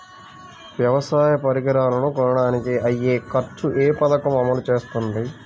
వ్యవసాయ పరికరాలను కొనడానికి అయ్యే ఖర్చు ఏ పదకము అమలు చేస్తుంది?